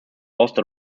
lost